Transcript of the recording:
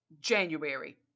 January